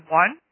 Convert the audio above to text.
one